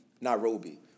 Nairobi